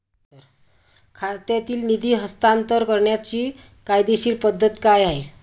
खात्यातील निधी हस्तांतर करण्याची कायदेशीर पद्धत काय आहे?